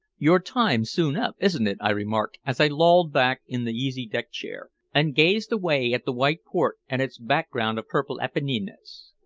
your time's soon up, isn't it? i remarked, as i lolled back in the easy deck-chair, and gazed away at the white port and its background of purple apennines.